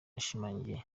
yashimangiye